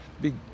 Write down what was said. big